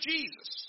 Jesus